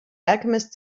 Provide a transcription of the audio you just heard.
alchemist